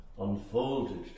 unfolded